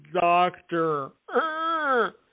doctor